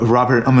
Robert